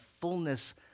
fullness